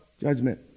judgment